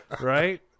Right